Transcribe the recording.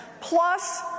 plus